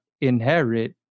inherit